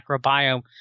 microbiome